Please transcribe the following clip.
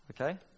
Okay